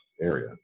area